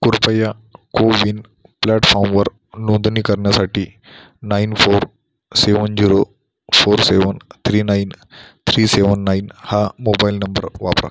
कृपया कोविन प्लॅटफॉमवर नोंदणी करण्यासाठी nine four seven zero four seven three nine three seven nine हा मोबाईल नंबर वापरा